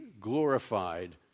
glorified